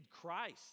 Christ